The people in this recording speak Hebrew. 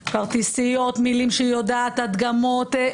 כרטיסיות, מילים שהיא יודעת, הדגמות.